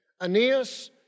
Aeneas